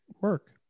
work